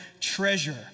treasure